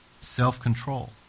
Self-control